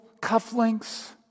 cufflinks